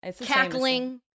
cackling